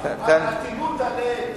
על אטימות הלב,